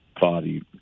body